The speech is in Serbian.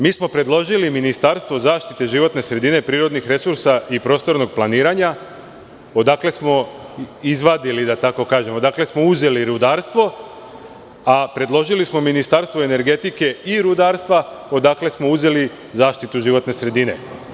Mi smo predložili ministarstvo zaštite životne sredine, prirodnih resursa i prostornog planiranja odakle smo izvadili, da tako kažem, odakle smo uzeli rudarstvo, a predložili smo ministarstvo energetike i rudarstva, odakle smo uzeli zaštitu životne sredine.